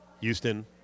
houston